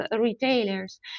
retailers